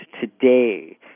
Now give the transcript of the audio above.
today